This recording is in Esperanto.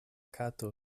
kato